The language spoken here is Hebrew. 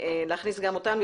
ולהכניס גם אותם,